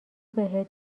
بهت